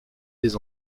des